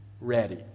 ready